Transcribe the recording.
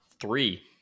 three